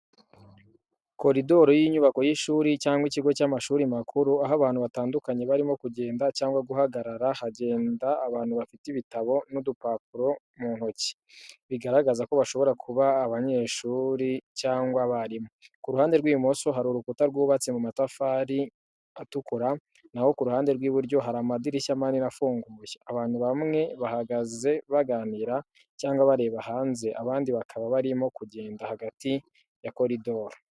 Koridoro y’inyubako y’ishuri cyangwa ikigo cy’amashuri makuru, aho abantu batandukanye barimo kugenda cyangwa guhagarara. Hagenda abantu bafite ibitabo n’udupapuro mu ntoki, bigaragaza ko bashobora kuba abanyeshuri cyangwa abarimu. Ku ruhande rw’ibumoso hari urukuta rwubatse mu matafari atukura, na ho ku ruhande rw’iburyo hari amadirishya manini afunguye. Abantu bamwe bahagaze baganira cyangwa bareba hanze, abandi bakaba barimo kugenda hagati ya koridoro.